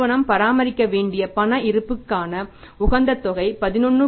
நிறுவனம் பராமரிக்க வேண்டிய பண இருப்புக்கான உகந்த தொகை 11